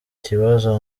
kibazo